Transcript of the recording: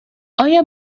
آیا